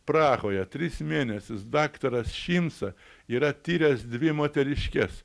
prahoje tris mėnesius daktaras šinsa yra tyręs dvi moteriškes